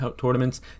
tournaments